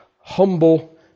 humble